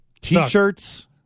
T-shirts